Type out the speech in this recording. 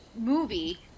movie